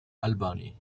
albany